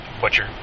butcher